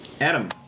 Adam